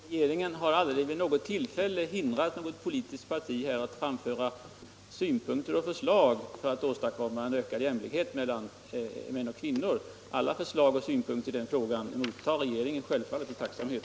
Herr talman! Regeringen har aldrig vid något tillfälle hindrat något politiskt parti att framföra synpunkter och förslag för att åstadkomma en ökad jämlikhet mellan män och kvinnor. Alla förslag och synpunkter i den frågan mottar regeringen självfallet med tacksamhet.